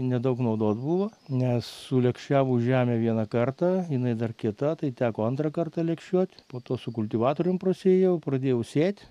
nedaug naudos buvo nes sulėkščiavus žemę vieną kartą jinai dar kieta tai teko antrą kartą lėkščiuot po to su kultivatorium prasiėjau pradėjau sėt